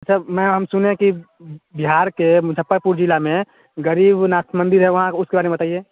सब मैम हम सुने हैं कि बिहार के मुज़फ़्फ़रपुर ज़िले में गरीबनाथ मंदिर है वहाँ उसके बारे में बताइए